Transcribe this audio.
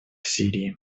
сирии